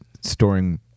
storing